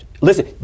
Listen